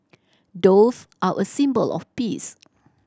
doves are a symbol of peace